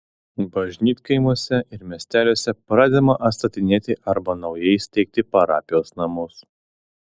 bažnytkaimiuose ir miesteliuose pradedama atstatinėti arba naujai steigti parapijos namus